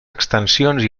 extensions